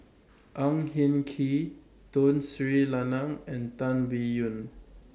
Ang Hin Kee Tun Sri Lanang and Tan Biyun